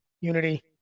unity